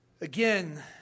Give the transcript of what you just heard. Again